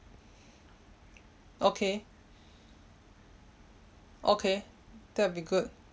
okay okay that will be good